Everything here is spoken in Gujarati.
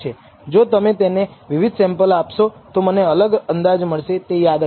જો તમે મને વિવિધ સેમ્પલ આપશો તો મને અલગ અંદાજ મળશે તે યાદ રાખો